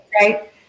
Right